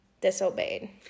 disobeyed